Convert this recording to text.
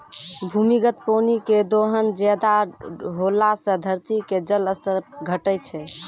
भूमिगत पानी के दोहन ज्यादा होला से धरती के जल स्तर घटै छै